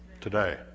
Today